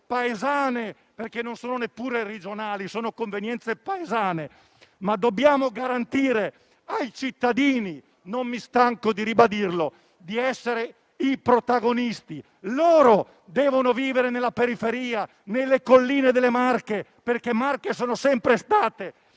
paesane (perché non sono neppure regionali, ma paesane). Dobbiamo garantire ai cittadini - non mi stanco di ribadirlo - di essere i protagonisti. Loro devono vivere nella periferia, nelle colline delle Marche, perché Marche sono sempre state,